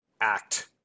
act